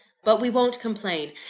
but we won't complain,